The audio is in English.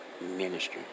ministry